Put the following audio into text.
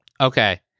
Okay